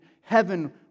Heaven